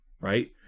Right